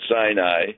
Sinai